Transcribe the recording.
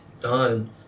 done